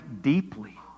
deeply